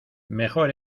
mejor